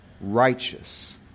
righteous